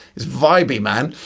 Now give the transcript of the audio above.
it's vibey man,